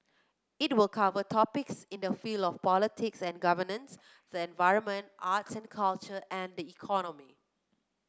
it will cover topics in the field of politics and governance the environment arts and culture and the economy